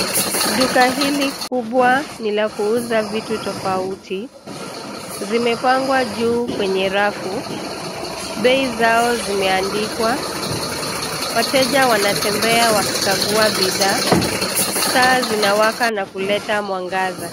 Duka hili kubwa ni la kuuza vitu tofauti, zimepangwa juu kwenye rafu, bei zao zimeandikwa, wateja wanatembea wakikagua bidhaa, taa zinawaka na kuleta mwangaza.